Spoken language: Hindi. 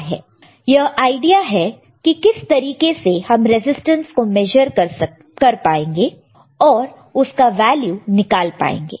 यह आइडिया है कि किस तरीके से हम रेजिस्टेंस को मेजर कर पाएंगे और उसका वैल्यू निकाल पाएंगे